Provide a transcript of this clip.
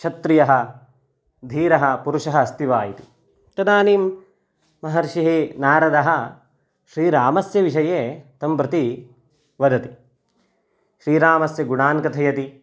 क्षत्रियः धीरः पुरुषः अस्ति वा इति तदानीं महर्षिः नारदः श्रीरामस्य विषये तं प्रति वदति श्रीरामस्य गुणान् कथयति